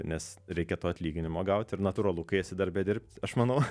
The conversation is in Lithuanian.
nes reikia to atlyginimo gauti ir natūralu kai esi darbe dirbt aš manau